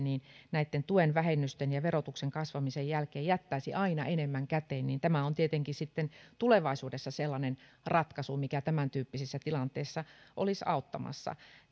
tuenvähennysten ja verotuksen kasvamisen jälkeen jättäisi aina enemmän käteen tämä on tietenkin sitten tulevaisuudessa sellainen ratkaisu mikä tämän tyyppisissä tilanteissa olisi auttamassa